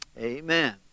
amen